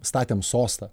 statėm sostą